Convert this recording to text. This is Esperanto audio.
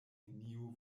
neniu